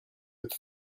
with